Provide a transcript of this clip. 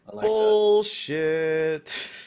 Bullshit